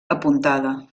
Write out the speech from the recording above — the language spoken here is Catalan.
apuntada